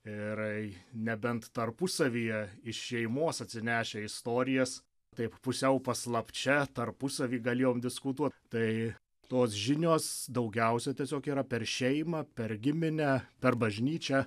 ir nebent tarpusavyje iš šeimos atsinešę istorijas taip pusiau paslapčia tarpusavy galėjom diskutuot tai tos žinios daugiausia tiesiog yra per šeimą per giminę per bažnyčią